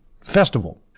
festival